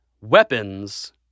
weapons